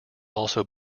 also